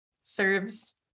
serves